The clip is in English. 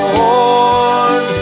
born